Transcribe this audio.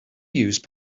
use